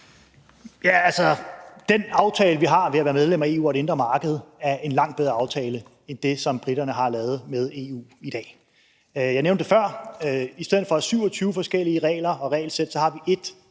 Kofod): Den aftale, vi har ved at være medlem af EU og det indre marked, er en langt bedre aftale end den, som briterne har lavet med EU i dag. Jeg nævnte det før: I stedet for 27 forskellige regelsæt har vi et